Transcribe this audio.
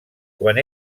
quan